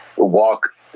walk